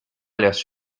las